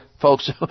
Folks